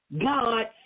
God